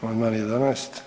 Amandman 11.